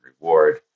reward